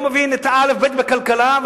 לא מבין את האלף-בית בכלכלה,